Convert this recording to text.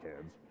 kids